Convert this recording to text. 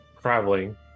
traveling